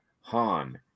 Han